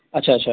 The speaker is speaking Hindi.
अच्छा अच्छा